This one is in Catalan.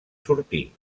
sortir